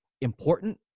important